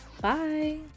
Bye